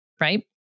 right